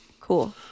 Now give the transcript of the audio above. Cool